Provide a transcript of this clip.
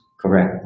correct